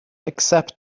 accept